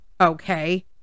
Okay